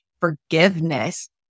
forgiveness